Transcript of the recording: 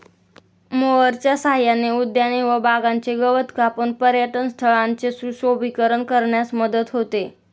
मोअरच्या सहाय्याने उद्याने व बागांचे गवत कापून पर्यटनस्थळांचे सुशोभीकरण करण्यास मदत होते